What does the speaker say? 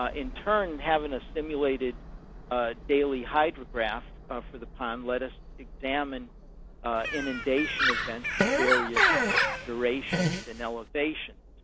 ah in turn, having a simulated daily hydrograph for the pond let us examine inundation events various durations and elevation.